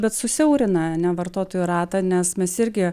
bet susiaurina a ne vartotojų ratą nes mes irgi